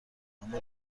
اما